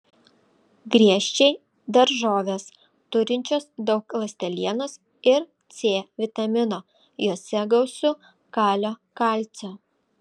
griežčiai daržovės turinčios daug ląstelienos ir c vitamino juose gausu kalio kalcio